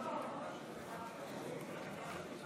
הכנסת